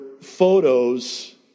photos